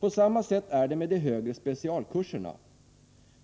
På samma sätt är det med de högre specialkurserna.